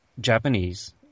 japanese